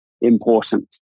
important